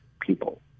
people